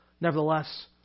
nevertheless